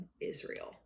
Israel